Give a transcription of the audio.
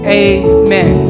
amen